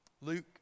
Luke